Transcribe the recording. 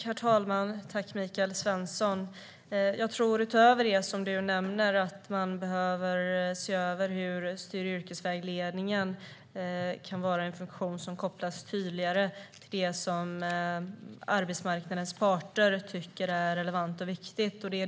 Herr talman! Utöver det Michael Svensson nämner behöver vi se över hur studie och yrkesvägledningen kan vara en funktion som kopplas tydligare till det som arbetsmarknadens parter tycker är relevant och viktigt.